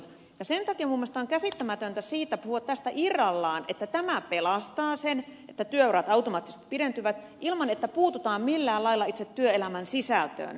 sen takia minun mielestäni on käsittämätöntä puhua tästä irrallaan että tämä pelastaa sen että työurat automaattisesti pidentyvät ilman että puututaan millään lailla itse työelämän sisältöön